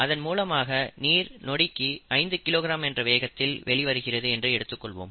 அதன் மூலமாக நீர் நொடிக்கு 5 கிலோகிராம் என்ற வேகத்தில் வெளிவருகிறது என்று எடுத்துக்கொள்வோம்